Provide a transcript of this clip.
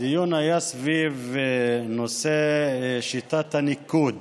הדיון היה סביב נושא שיטת הניקוד